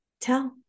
Tell